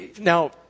Now